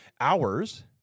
hours